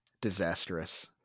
disastrous